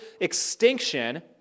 extinction